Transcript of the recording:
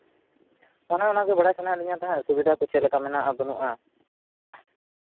ᱚᱱᱮ ᱚᱱᱟᱜᱮ ᱵᱟᱲᱟᱭ ᱥᱟᱱᱟᱭᱮᱫᱞᱤᱧ ᱛᱟᱦᱮᱸᱫ ᱥᱩᱵᱤᱫᱷᱟ ᱠᱚ ᱪᱮᱫ ᱞᱮᱠᱟ ᱢᱮᱱᱟᱜᱼᱟ ᱵᱟᱹᱱᱩᱜᱼᱟ